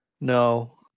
No